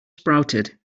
sprouted